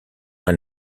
elle